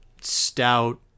stout